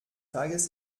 tages